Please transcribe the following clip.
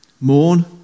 mourn